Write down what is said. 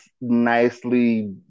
nicely